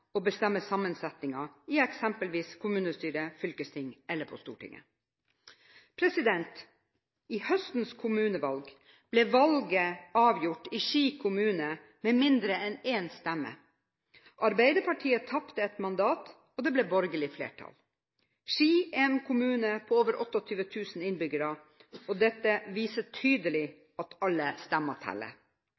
i eksempelvis kommunestyrer, fylkesting eller på Stortinget. I høstens kommunevalg ble valget i Ski kommune avgjort med mindre enn én stemme. Arbeiderpartiet tapte ett mandat, og det ble borgerlig flertall. Ski er en kommune på over 28 000 innbyggere, og dette viser tydelig at alle stemmer